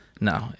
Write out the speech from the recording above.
No